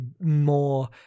more